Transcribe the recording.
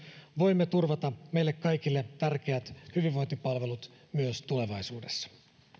voimme turvata meille kaikille tärkeät hyvinvointipalvelut myös tulevaisuudessa